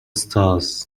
stars